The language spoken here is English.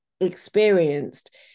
experienced